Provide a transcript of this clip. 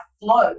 flow